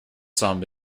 samba